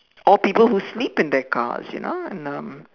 or people who sleep in their cars you know and um